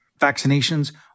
vaccinations